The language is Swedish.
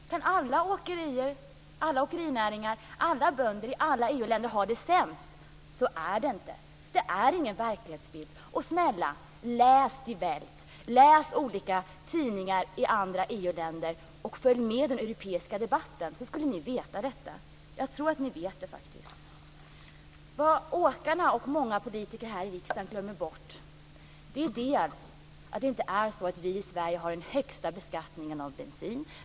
Konstigt! Kan alla åkerinäringar, alla bönder i alla EU-länder ha det sämst? Så är det inte. Det är ingen verklighetsbild. Och snälla, läs Die Welt! Läs olika tidningar i andra EU-länder och följ med i den europeiska debatten! Då skulle ni veta detta. Jag tror faktiskt att ni vet det. Vad åkarna och många politiker här i riksdagen glömmer bort är att det inte är så att vi i Sverige har den högsta beskattningen av bensin.